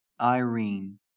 irene